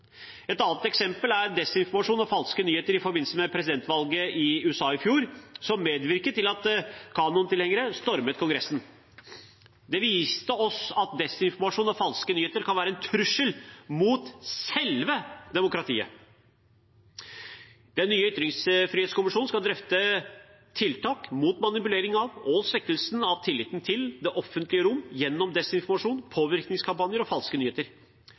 Et annet eksempel er desinformasjon og falske nyheter i forbindelse med presidentvalget i USA i fjor, som medvirket til at QAnon-tilhengere stormet Kongressen. Det viste oss at desinformasjon og falske nyheter kan være en trussel mot selve demokratiet. Den nye ytringsfrihetskommisjonen skal drøfte tiltak mot manipulering av og svekkelse av tilliten til det offentlige rom gjennom desinformasjon, påvirkningskampanjer og falske nyheter.